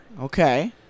okay